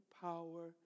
power